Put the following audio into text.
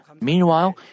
Meanwhile